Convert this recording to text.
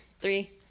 three